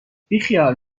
بیخیال